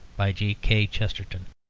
by g k. chesterton